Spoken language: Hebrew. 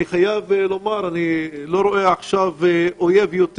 אני חייב לומר שאני לא רואה עכשיו אויב יותר